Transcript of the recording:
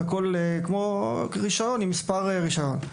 כמו רישיון עם מספר רישיון.